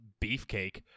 beefcake